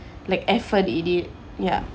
like effort I did ya